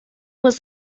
was